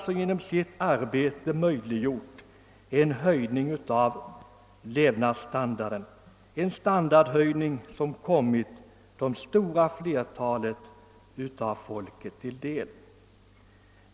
— som genom sitt arbete möjliggjort en höjning av levnadsstandarden.